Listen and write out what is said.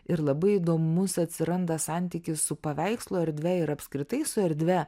ir labai įdomus atsiranda santykis su paveikslo erdve ir apskritai su erdve